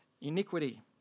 iniquity